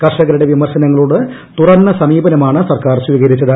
കർഷകരുടെ വിമർശനങ്ങളോട് തുറന്ന സമീപനമാണ് സർക്കാർ സ്വീകരിച്ചത്